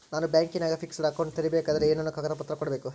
ನಾನು ಬ್ಯಾಂಕಿನಾಗ fixed account ತೆರಿಬೇಕಾದರೆ ಏನೇನು ಕಾಗದ ಪತ್ರ ಕೊಡ್ಬೇಕು?